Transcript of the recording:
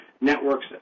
networks